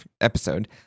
episode